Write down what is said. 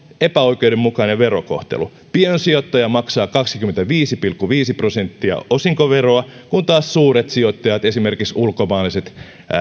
epäoikeudenmukainen verokohtelu piensijoittaja maksaa kaksikymmentäviisi pilkku viisi prosenttia osinkoveroa kun taas suuret sijoittajat esimerkiksi ulkomaalaiset